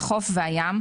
החוף והים,